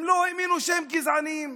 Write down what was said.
הם לא האמינו שהם גזענים,